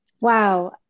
Wow